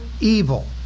evil